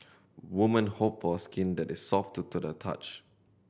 woman hope for skin that is soft to the touch